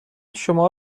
شما